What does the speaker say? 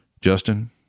Justin